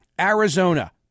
Arizona